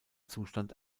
zustand